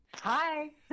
Hi